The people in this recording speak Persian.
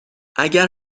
اگر